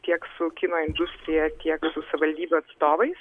tiek su kino industrija tiek su savivaldybių atstovais